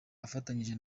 afatanyije